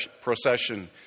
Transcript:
procession